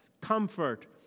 comfort